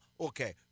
okay